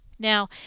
now